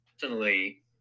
personally